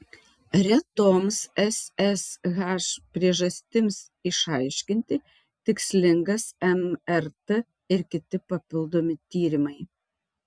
retoms ssh priežastims išaiškinti tikslingas mrt ir kiti papildomi tyrimai